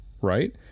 right